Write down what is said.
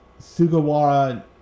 Sugawara